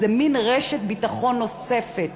זה מין רשת ביטחון נוספת.